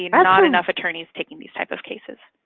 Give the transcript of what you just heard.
you know not enough attorneys taking these type of cases?